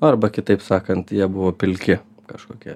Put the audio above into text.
arba kitaip sakant jie buvo pilki kažkokie